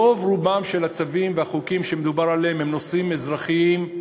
רוב רובם של הצווים והחוקים שמדובר עליהם הם נושאים אזרחיים,